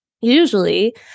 Usually